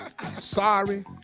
Sorry